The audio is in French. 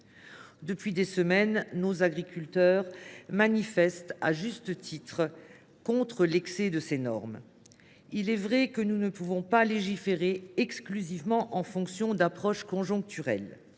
Depuis des semaines, nos agriculteurs manifestent, à juste titre, contre l’excès de normes. Certes, nous ne pouvons légiférer exclusivement en fonction d’approches conjoncturelles,